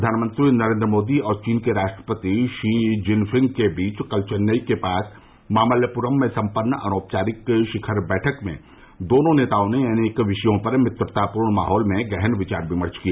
प्रधानमंत्री नरेन्द्र मोदी और चीन के राष्ट्रपति शी जिनफिंग के बीच कल चेन्नई के पास मामल्लपुरम में सम्पन्न अनौपचारिक शिखर बैठक में दोनों नेताओं ने अनेक विषयों पर मित्रतापूर्ण माहौल में गहन विचार विमर्श किया